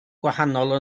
gwahanol